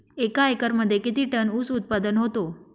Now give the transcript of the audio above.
एका एकरमध्ये किती टन ऊस उत्पादन होतो?